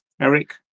Eric